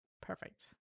Perfect